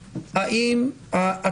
סליחה, מה שאמרת עכשיו, במחילה, איננו מדויק.